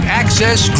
access